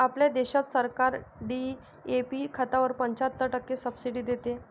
आपल्या देशात सरकार डी.ए.पी खतावर पंच्याहत्तर टक्के सब्सिडी देते